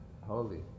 holy